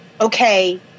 okay